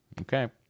Okay